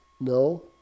No